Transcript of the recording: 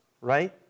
right